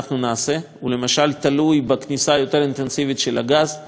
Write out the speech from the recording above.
הוא למשל תלוי בכניסה יותר אינטנסיבית של הגז למפעלים,